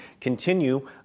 continue